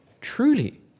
truly